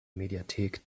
mediathek